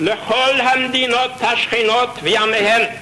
לכל המדינות השכנות ועמיהן,